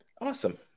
awesome